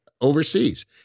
overseas